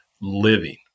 living